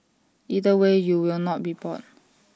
either way you will not be bored